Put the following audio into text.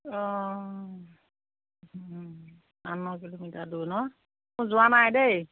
অঁ আঠ ন কিলোমিটাৰ দূৰ ন মই যোৱা নাই দেই